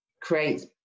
creates